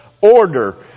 order